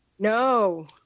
No